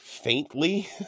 Faintly